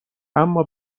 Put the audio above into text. اما